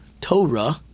Torah